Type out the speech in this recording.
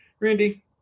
Randy